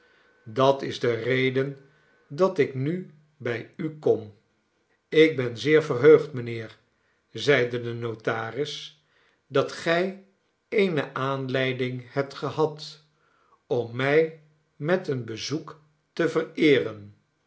dat is de reden dat ik nu bij u kom ik ben zeer verheugd mijnheer zeide de notaris dat gij eene aanleiding hebt gehad om mij met een bezoek te vereeren